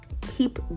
Keep